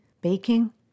baking